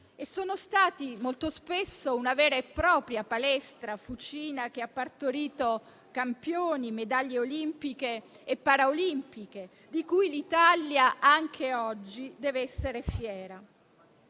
e sono stati molto spesso una vera e propria palestra, fucina che ha partorito campioni, medaglie olimpiche e paraolimpiche, di cui l'Italia anche oggi deve essere fiera.